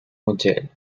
model